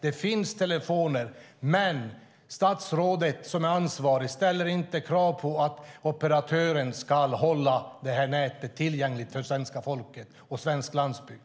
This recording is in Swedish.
Det finns telefoner, men statsrådet, som är ansvarigt, ställer inte krav på att operatören ska hålla nätet tillgängligt för svenska folket och svensk landsbygd.